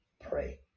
Pray